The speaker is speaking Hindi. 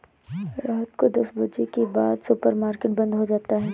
रात को दस बजे के बाद सुपर मार्केट बंद हो जाता है